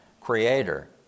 creator